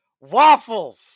waffles